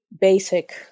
basic